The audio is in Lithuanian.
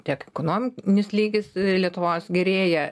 tiek ekonominis lygis lietuvos gerėja